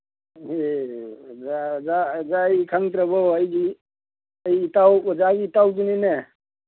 ꯑꯦ ꯑꯣꯖꯥ ꯑꯣꯖꯥ ꯑꯣꯖꯥ ꯑꯩ ꯈꯪꯗ꯭ꯔꯕꯣ ꯑꯩꯁꯤ ꯑꯩ ꯏꯇꯥꯎ ꯑꯣꯖꯥꯒꯤ ꯏꯇꯥꯎꯗꯨꯅꯤꯅꯦ